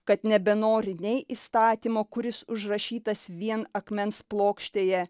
kad nebenori nei įstatymo kuris užrašytas vien akmens plokštėje